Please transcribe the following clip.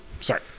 Sorry